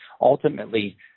ultimately